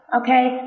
okay